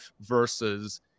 versus